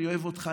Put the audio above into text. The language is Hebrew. אני אוהב אותך,